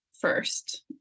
first